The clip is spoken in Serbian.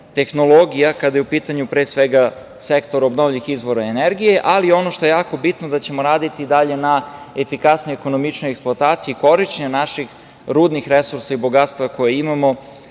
tehnologija kada je u pitanju, pre svega, sektor obnovljivih izvora energije, ali ono što je jako bitno da ćemo raditi dalje na efikasnijoj i ekonomičnijoj eksploataciji korišćenja naših rudnih resursa i bogatstva koje imamo,